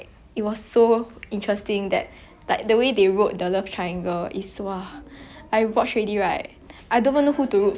I don't wanna know who to vote for you know cause I feel like chinese drama there's a lot of a lot of chinese drama they don't really draw a line between bad and good